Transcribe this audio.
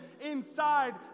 inside